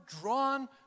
drawn